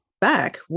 back